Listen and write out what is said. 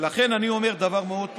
ולכן אני אומר דבר מאוד פשוט,